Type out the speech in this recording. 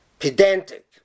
pedantic